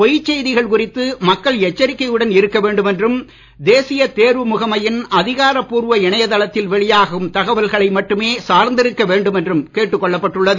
பொய்ச் செய்திகள் குறித்து மக்கள் எச்சரிக்கையுடன் இருக்க வேண்டும் என்றும் தேசிய தேர்வு முகமையின் அதிகாரப் பூர்வ இணையதளத்தில் வெளியாகும் தகவல்களை மட்டுமே சார்ந்திருக்க வேண்டும் என்றும் கேட்டுக் கொள்ளப்பட்டுள்ளது